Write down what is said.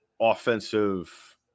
offensive